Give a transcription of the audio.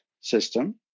system